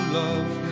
love